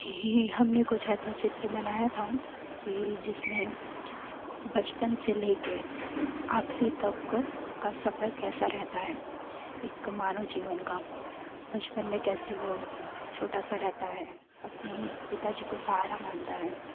जी हमने कुछ ऐसा चित्र बनाया था कि जिसमें बचपन से ले के आख़िरी तक का सफ़र कैसा रहता है एक मानव जीवन का बचपन में वो कैसा छोटा सा रहता है अपने पिता जी को सहारा मानता है